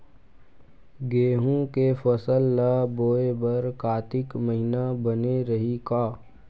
गेहूं के फसल ल बोय बर कातिक महिना बने रहि का?